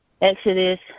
Exodus